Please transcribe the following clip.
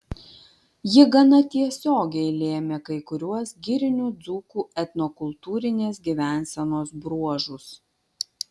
ji gana tiesiogiai lėmė kai kuriuos girinių dzūkų etnokultūrinės gyvensenos bruožus